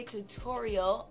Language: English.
Tutorial